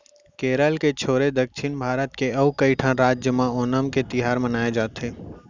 केरल के छोरे दक्छिन भारत के अउ कइठन राज म ओनम तिहार ल मनाए जाथे